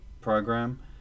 program